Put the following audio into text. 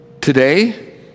Today